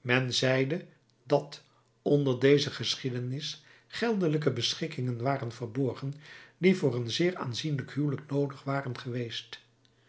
men zeide dat onder deze geschiedenis geldelijke beschikkingen waren verborgen die voor een zeer aanzienlijk huwelijk noodig waren geweest